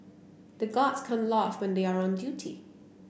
the guards can't laugh when they are on duty